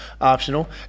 optional